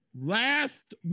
last